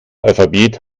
alphabet